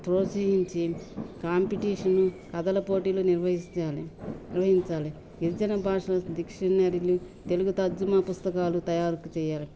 ప్రోత్సహించి కాంపిటీషన్ కథల పోటీలు నిర్వహించాలి నిర్వహించాలి గిరిజిన భాషల డిక్షనరీలు తెలుగు తర్జుమా పుస్తకాలు తయారుకు చేయాలి